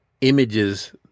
images